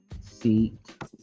seat